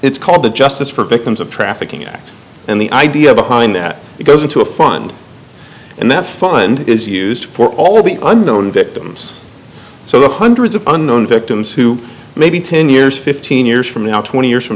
it's called the justice for victims of trafficking act and the idea behind that it goes into a fund and that fund is used for all of the unknown victims so the hundreds of unknown victims who maybe ten years fifteen years from now twenty years from